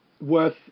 worth